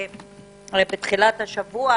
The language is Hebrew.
בתחילת השבוע,